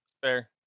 Fair